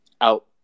out